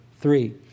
three